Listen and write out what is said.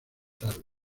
tarde